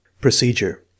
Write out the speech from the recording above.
Procedure